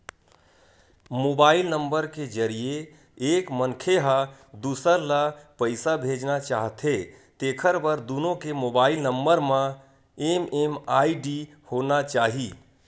mobile number के जरिए एक मनखे ह दूसर ल पइसा भेजना चाहथे तेखर बर दुनो के मोबईल नंबर म एम.एम.आई.डी होना चाही